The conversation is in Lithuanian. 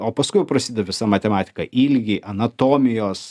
o paskui jau prasideda visa matematika ilgį anatomijos